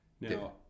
Now